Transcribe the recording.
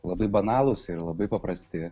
labai banalūs ir labai paprasti